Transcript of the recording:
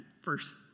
first